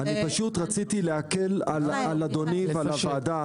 אני פשוט רציתי להקל על אדוני ועל הוועדה